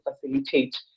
facilitate